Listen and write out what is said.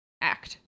act